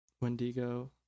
Wendigo